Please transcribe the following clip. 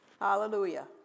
Hallelujah